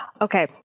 Okay